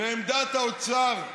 ועמדת האוצר,